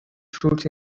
fruits